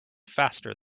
faster